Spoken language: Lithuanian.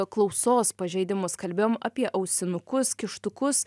klausos pažeidimus kalbėjom apie ausinukus kištukus